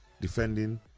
defending